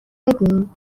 بدین